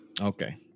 Okay